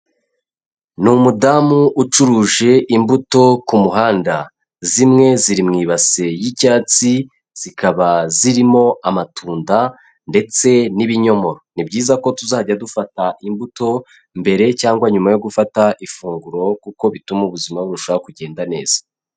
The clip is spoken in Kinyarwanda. Ni umudamu ucuruje imbuto ku muhanda, zimwe ziri mu ibasi y'icyatsi zikaba zirimo amatunda ndetse n'ibinyomoro, ni byiza ko tuzajya dufata imbuto mbere cyangwa nyuma yo gufata ifunguro, kuko bituma ubuzima burushaho kugenda neza.